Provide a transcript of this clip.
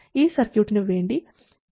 ഈ സർക്യൂട്ടിനു വേണ്ടി ചെയ്തു നോക്കാം